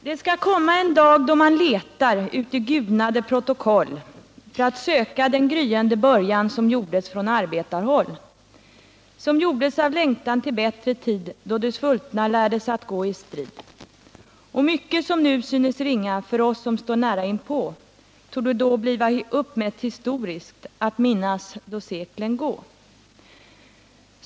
Det skall komma en dag, då man letar uti gulnade protokoll för att söka den gryende början som gjordes av längtan till bättre tid då de svultna lärdes att gå i strid. Och mycket som nu synes ringa för oss som står nära inpå torde då bliva uppmätt historiskt, att minnas då seklen gå. Herr talman!